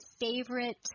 favorite